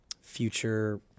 future